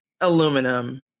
aluminum